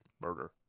murder